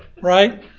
right